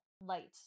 light